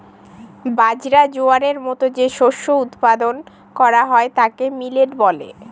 বাজরা, জোয়ারের মতো যে শস্য উৎপাদন করা হয় তাকে মিলেট বলে